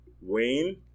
Wayne